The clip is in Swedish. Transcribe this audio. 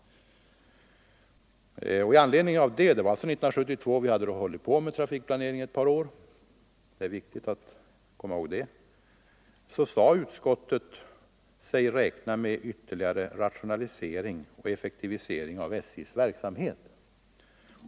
I anledning av detta — jag upprepar att det var 1972 och att vi Tisdagen den alltså hållit på med trafikplanering ett par år, vilket är viktigt att ha 26 november 1974 i minnet — sade sig trafikutskottet räkna med ytterligare rationalisering och effektivisering av SJ:s verksamhet.